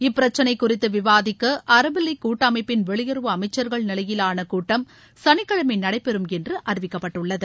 இப்பிரச்சினை குறித்து விவாதிக்க அரபு லீக் கூட்டமைப்பின் வெளியுறவு அமைச்சர்கள் நிலையிலான கூட்டம் சனிக்கிழமை நடைபெறும் என்று அறிவிக்கப்பட்டுள்ளது